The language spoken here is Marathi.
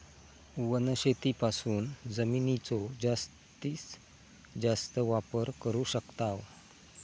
वनशेतीपासून जमिनीचो जास्तीस जास्त वापर करू शकताव